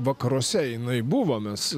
vakaruose jinai buvo mes